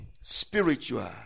spiritual